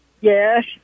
yes